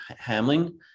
Hamling